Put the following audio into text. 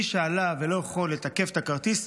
מי שעלה ולא יכול לתקף את הכרטיס,